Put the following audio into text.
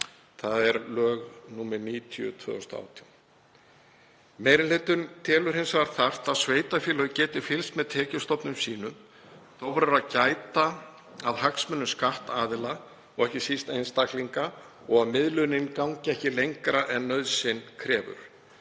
nr. 90/2018. Meiri hlutinn telur þarft að sveitarfélög geti fylgst með tekjustofnum sínum. Þó verður að gæta að hagsmunum skattaðila og ekki síst einstaklinga og að miðlunin gangi ekki lengra en nauðsyn krefur.